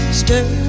stay